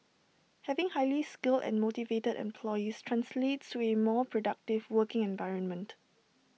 having highly skilled and motivated employees translates to A more productive working environment